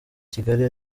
kigali